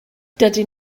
dydyn